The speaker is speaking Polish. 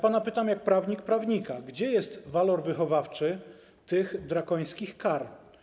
Pytam pana jak prawnik prawnika: Gdzie jest walor wychowawczy tych drakońskich kar?